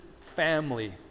family